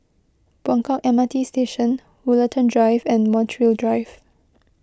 Buangkok M R T Station Woollerton Drive and Montreal Drive